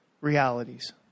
realities